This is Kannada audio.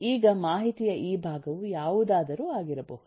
ಈಗ ಮಾಹಿತಿಯ ಈ ಭಾಗವು ಯಾವುದಾದರೂ ಆಗಿರಬಹುದು